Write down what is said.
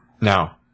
now